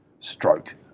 Stroke